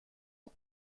ans